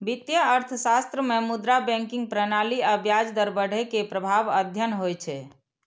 वित्तीय अर्थशास्त्र मे मुद्रा, बैंकिंग प्रणाली आ ब्याज दर बढ़ै के प्रभाव अध्ययन होइ छै